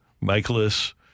Michaelis